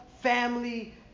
family